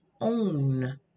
own